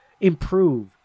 improve